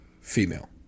female